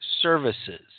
services